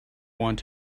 want